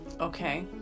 Okay